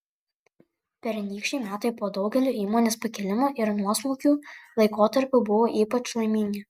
pernykščiai metai po daugelio įmonės pakilimų ir nuosmukių laikotarpių buvo ypač laimingi